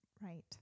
Right